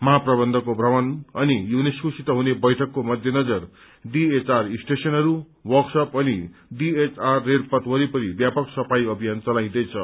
महाप्रबन्धकको भ्रमण अनि यूनेस्कोसित हुने बैठकको मध्य नजर डीएचआर स्टेशनहरू वर्कशप अनि डीएचआर रेलपथ वरिपरि व्यापक सफाई अभियान चलाइन्दैछ